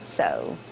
so,